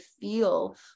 feel